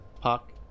Puck